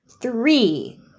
three